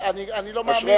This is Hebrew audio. אני לא מאמין.